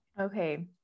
Okay